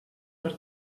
per